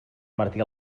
martí